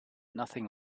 nothing